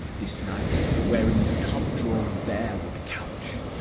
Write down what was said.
this night, wherein the cub-drawn bear would couch,